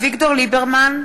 מצביע אביגדור ליברמן,